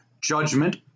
Judgment